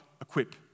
equip